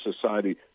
society